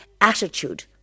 Attitude